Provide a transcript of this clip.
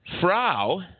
Frau